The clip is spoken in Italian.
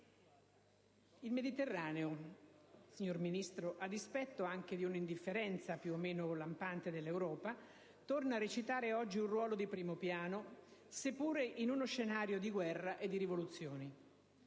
Il Mediterraneo, signor Ministro, a dispetto anche di una indifferenza più o meno lampante dell'Europa, torna a recitare oggi un ruolo di primo piano, seppure in uno scenario di guerra e di rivoluzione.